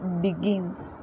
begins